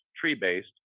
tree-based